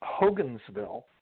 Hogan'sville